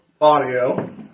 audio